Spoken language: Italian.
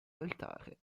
altare